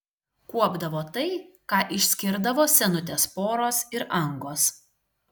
kuopdavo tai ką išskirdavo senutės poros ir angos